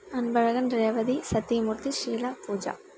Anbazhagan Revathi Sathyamoorthy Sheela Pooja